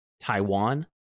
Taiwan